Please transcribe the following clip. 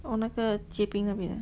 oh 那个结冰那边 ah